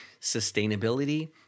sustainability